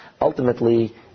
ultimately